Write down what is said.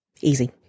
Easy